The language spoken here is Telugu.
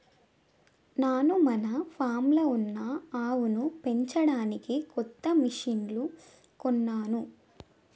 నాను మన ఫామ్లో ఉన్న ఆవులను పెంచడానికి కొత్త మిషిన్లు కొన్నాను